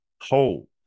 whole